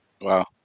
Wow